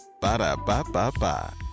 Ba-da-ba-ba-ba